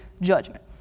judgment